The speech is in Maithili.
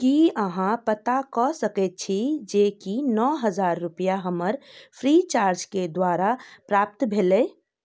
की अहाँ पता कऽ सकैत छी जेकि नओ हजार रुपैआ हमर फ्रीचार्जके द्वारा प्राप्त भेलै